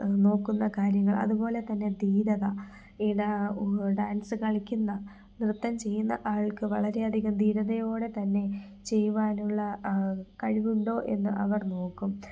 നോക്കുന്ന കാര്യങ്ങൾ അതുപോലെ തന്നെ ധീരത ഈട ഡാൻസ് കളിക്കുന്ന നൃത്തം ചെയ്യുന്ന ആൾക്ക് വളരെ അധികം ധീരതയോടെ തന്നെ ചെയ്യുവാനുള്ള കഴിവുണ്ടോ എന്ന് അവർ നോക്കും